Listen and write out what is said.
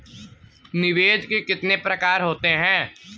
निवेश के कितने प्रकार होते हैं?